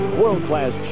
world-class